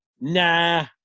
nah